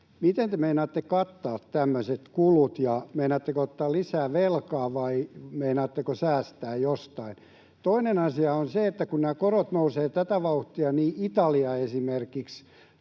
Miten te meinaatte kattaa tämmöiset kulut? Meinaatteko ottaa lisää velkaa vai meinaatteko säästää jostain? Toinen asia on se, että kun nämä korot nousevat tätä vauhtia, niin esimerkiksi